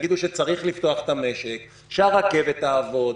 תגידו שצריך לפתוח את המשק שהרכבת תעבוד.